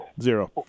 Zero